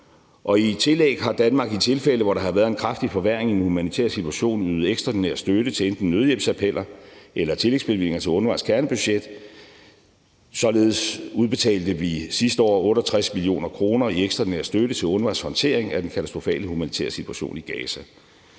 i tillæg har Danmark i tilfælde, hvor der har været en kraftig forværring i den humanitære situation, ydet ekstraordinær støtte til enten nødhjælpsappeller eller tillægsbevillinger til UNRWA's kernebudget. Således udtalte vi sidste år 68 mio. kr. i ekstraordinær støtte til UNRWA's håndtering af den katastrofale humanitære situation i Gaza.